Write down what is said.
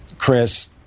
chris